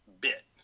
bit